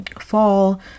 Fall